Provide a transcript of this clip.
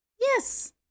Yes